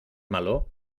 meló